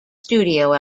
studio